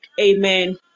Amen